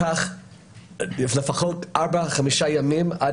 לקח לפחות ארבעה או חמישה ימים עד